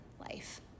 life